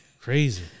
Crazy